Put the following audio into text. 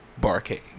Barcade